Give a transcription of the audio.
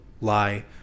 lie